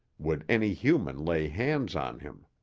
would any human lay hands on him.